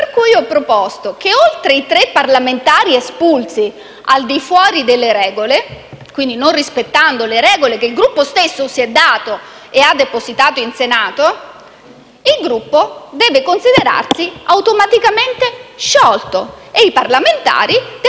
Pertanto ho proposto che, oltre i tre parlamentari espulsi al di fuori delle regole (quindi non rispettando le regole che il Gruppo stesso si è dato e che ha depositato in Senato), il Gruppo debba considerarsi automaticamente sciolto e i parlamentari debbano